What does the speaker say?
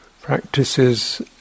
practices